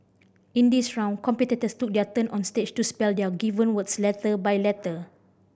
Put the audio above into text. in this round competitors took their turn on stage to spell their given words letter by letter